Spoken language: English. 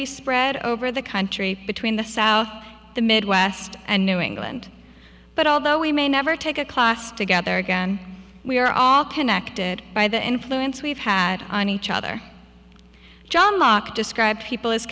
be spread over the country between the south the midwest and new england but although we may never take a class together again we are all connected by the influence we've had on each other john locke described people